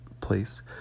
place